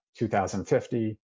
2050